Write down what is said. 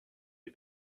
des